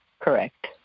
Correct